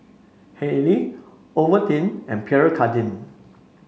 Haylee Ovaltine and Pierre Cardin